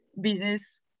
business